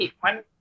one